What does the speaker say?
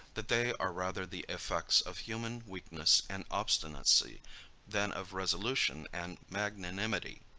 that they are rather the effects of human weakness and obstinacy than of resolution and magnanimity.